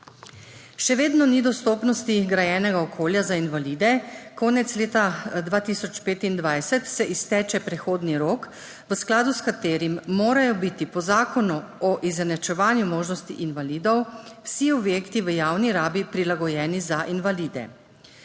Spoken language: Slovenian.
Še vedno ni dostopnosti grajenega okolja za invalide. Konec leta 2025 se izteče prehodni rok, v skladu s katerim morajo biti po Zakonu o izenačevanju možnosti invalidov vsi objekti v javni rabi prilagojeni za invalide.